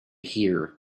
here